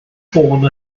ffôn